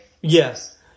Yes